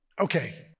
Okay